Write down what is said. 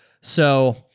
So-